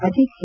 Ajit K